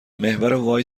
محور